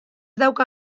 dauka